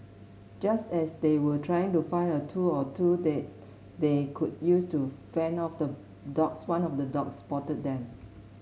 just as they were trying to find a tool or two that they could use to fend off the dogs one of the dogs spotted them